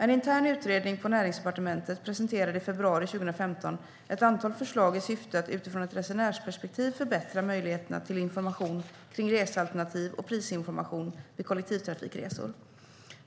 En intern utredning på Näringsdepartementet presenterade i februari 2015 ett antal förslag i syfte att utifrån ett resenärsperspektiv förbättra möjligheterna till information kring resealternativ och prisinformation vid kollektivtrafikresor.